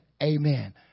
Amen